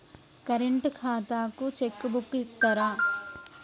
Current ఖాతాకు cheque book ఇత్తరా?